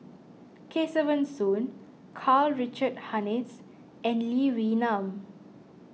Kesavan Soon Karl Richard Hanitsch and Lee Wee Nam